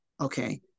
okay